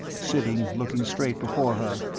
sitting looking straight before her,